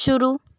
शुरू